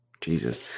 Jesus